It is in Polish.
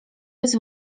bez